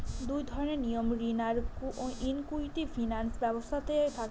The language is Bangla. দুই ধরনের নিয়ম ঋণ আর ইকুইটি ফিনান্স ব্যবস্থাতে থাকে